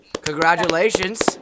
Congratulations